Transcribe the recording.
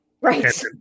Right